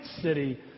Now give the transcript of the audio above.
city